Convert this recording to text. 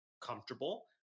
comfortable